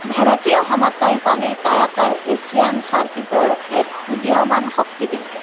ভাৰতীয় সমতল পানীৰ কায়াকাৰ এছিয়ান চাৰ্কিটৰ এক উদীয়মান শক্তি কেন্দ্ৰ